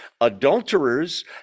adulterers